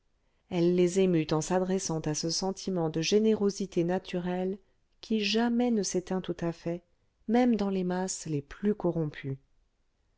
elle les émut en s'adressant à ce sentiment de générosité naturelle qui jamais ne s'éteint tout à fait même dans les masses les plus corrompues